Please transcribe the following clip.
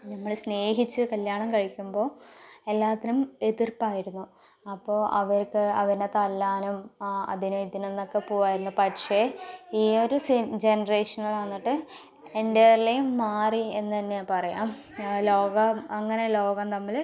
ഞങ്ങൾ സ്നേഹിച്ച് കല്യാണം കഴിക്കുമ്പോൾ എല്ലാത്തിനും എതിർപ്പായിരുന്നു അപ്പോൾ അവരൊക്കെ അവനെ തല്ലാനും അതിനും ഇതിനും എന്നൊക്കെ പോകുമായിരുന്നു പക്ഷേ ഈയൊരു ജനറേഷനിൽ വന്നിട്ട് എൻ്റേർലി മാറി എന്ന് തന്നെ പറയാം ലോകം അങ്ങനെ ലോകം തമ്മിൽ